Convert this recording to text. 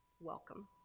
welcome